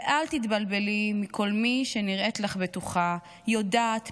/ ואל תתבלבלי מכל מי / שנראית לך בטוחה / יודעת,